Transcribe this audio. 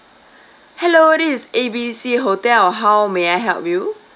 hello this is A B C hotel how may I help you